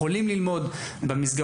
למדו.